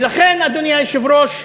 ולכן, אדוני היושב-ראש,